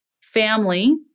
Family